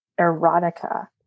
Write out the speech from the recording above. erotica